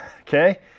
okay